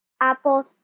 Apple